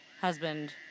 husband